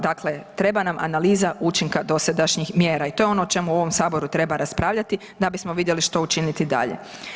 Dakle, treba nam analiza učinka dosadašnjih mjera i to je ono o čemu u ovom Saboru treba raspravljati da bismo vidjeli što učiniti dalje.